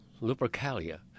Lupercalia